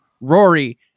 Rory